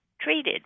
treated